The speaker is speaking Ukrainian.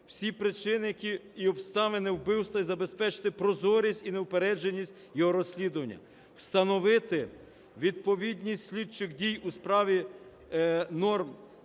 всі причини і обставини вбивства, і забезпечити прозорість і неупередженість його розслідування, встановити відповідність слідчих дій у справі нормам